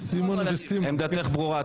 בסדר, עמדתך ברורה.